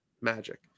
magic